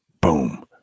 boom